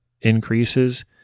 increases